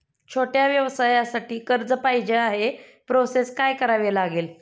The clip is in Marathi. छोट्या व्यवसायासाठी कर्ज पाहिजे आहे प्रोसेस काय करावी लागेल?